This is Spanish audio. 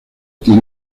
tiene